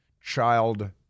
child